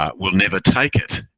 ah we'll never take it.